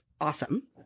Awesome